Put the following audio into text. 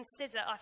consider